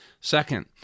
Second